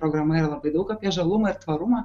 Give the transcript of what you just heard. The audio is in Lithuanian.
programa yra labai daug apie žalumą ir tvarumą